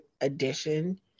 edition